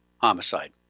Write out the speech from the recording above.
homicide